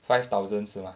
five thousand 是 mah